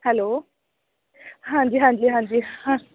hello ਹਾਂਜੀ ਹਾਂਜੀ ਹਾਂਜੀ